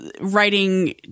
writing